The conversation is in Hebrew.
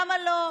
למה לא,